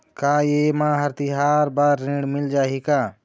का ये मा हर तिहार बर ऋण मिल जाही का?